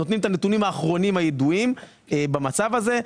נותנים את הנתונים האחרונים הידועים במצב הזה.